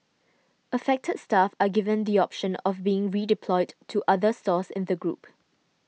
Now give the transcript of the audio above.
affected staff are given the option of being redeployed to other stores in the group